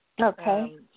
Okay